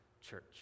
church